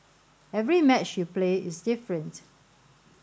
every match you play is different